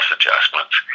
adjustments